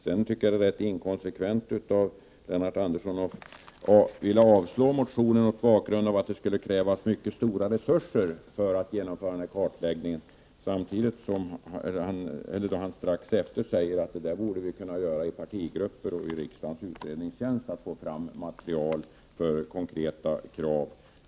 Det är också rätt inkonsekvent av Lennart Andersson att avstyrka motionen mot bakgrund av att det skulle krävas mycket stora resurser för att genomföra en kartläggning och strax efteråt säga att partigrupper och riksdagens utredningstjänst borde kunna få fram material för konkreta krav.